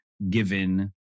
given